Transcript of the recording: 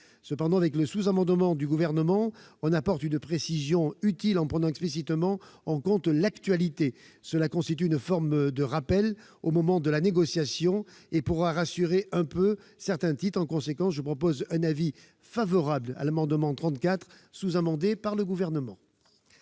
Cependant, le sous-amendement n° 55 du Gouvernement tend à apporter une précision utile, en prenant explicitement en compte l'actualité. Cela constitue une forme de rappel au moment de la négociation et pourra rassurer un peu certains titres. En conséquence, je suis favorable à ces deux amendements